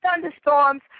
thunderstorms